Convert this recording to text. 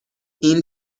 این